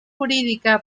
jurídica